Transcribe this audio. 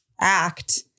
act